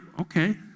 okay